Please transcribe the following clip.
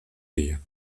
día